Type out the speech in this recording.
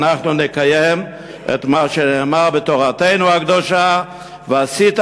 ואנחנו נקיים את מה שנאמר בתורתנו הקדושה: "ועשית,